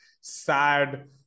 sad